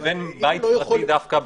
לבית בית פרטי דווקא,